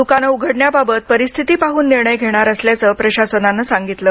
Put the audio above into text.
दुकाने उघडण्याबाबत परिस्थिती पाहून निर्णय घेणार असल्याचं प्रशासनानं सांगितलं